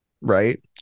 Right